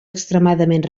extremadament